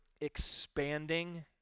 expanding